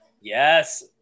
Yes